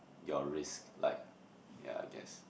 your risk yeah like I guess